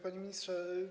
Panie Ministrze!